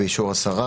זאת